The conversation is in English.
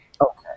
Okay